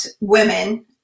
women